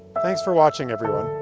thanks for watching everyone,